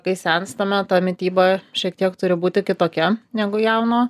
kai senstame ta mityba šiek tiek turi būti kitokia negu jauno